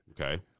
Okay